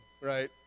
right